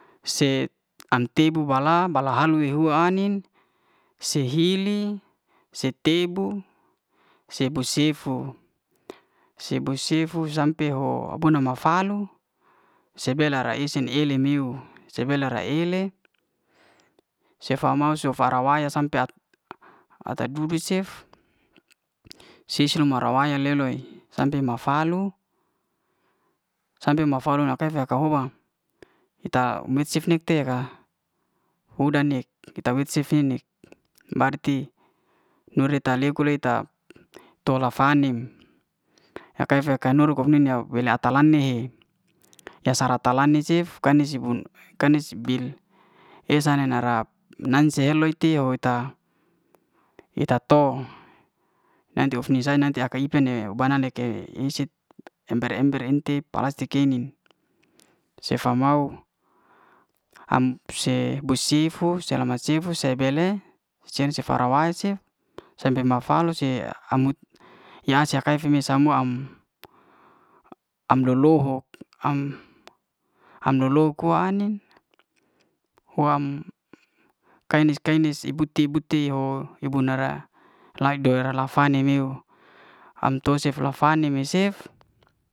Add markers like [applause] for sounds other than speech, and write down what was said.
Set an'tebu bala, bala ha'lu le hua ai'nin se hili, se tebu, se'bu sefu, se'bu sefu sampe ho abu'nama falu se bela'ra isi ely'meuw, se be la'ra ele sefa mau sofa wa la ra'wa ya sampe [hesitation] ata duduk cef sesil mara wa ya le'loy sampe ma falu, sampe ma falu leka la'ka hoba ita wic'ite ni te na ya ka hudan'nek ita wic'ki nek berarti nori ta loki ne le'ta tola'fanim, ya'ka yafa nur'ko nim kaur yak wer'ata lani he ya sara ata'lanin cef kani'sibun kani'sibil [hesitation] esa ne na'raf nance eloy ti hou ta eta tong nanti hofni sa nanti aka ipe'ne banan'leke i set ember ember en'tip palastik kei'nin sefa mau [hesitation] am'se bu sifu, selamat sifu se be'le cen'se sara'wa cef sampe ma falu sie [hesitation] amut yase ak'k yaifi me samua am [hesitation] am lo'lohok. am lo'loko ai'nin wam [hesitation] kainis. kanis si'buti si'buti ho yabun'nara lay'dor la'fani meuw am to'sef la fani me sef.